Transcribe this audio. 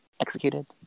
Executed